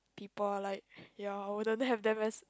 people like ya I wouldn't have them as